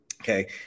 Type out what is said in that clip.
Okay